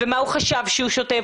מה הוא חשב שהוא שותה,